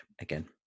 again